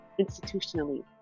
institutionally